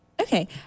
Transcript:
okay